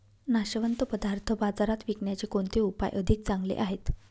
नाशवंत पदार्थ बाजारात विकण्याचे कोणते उपाय अधिक चांगले आहेत?